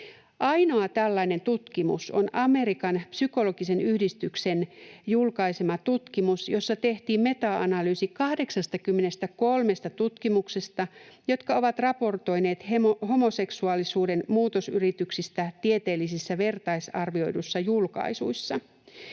Ainoa tällainen tutkimus on Amerikan psykologisen yhdistyksen julkaisema tutkimus, jossa tehtiin meta-analyysi 83 tutkimuksesta, jotka ovat raportoineet homoseksuaalisuuden muutosyrityksistä tieteellisissä vertaisarvioiduissa julkaisuissa.